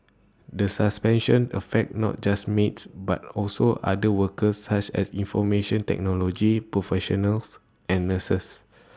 the suspension affects not just maids but also other workers such as information technology professionals and nurses